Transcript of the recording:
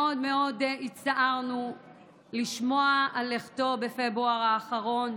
הצטערנו מאוד מאוד לשמוע על לכתו בפברואר האחרון.